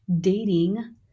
dating